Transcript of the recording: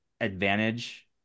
advantage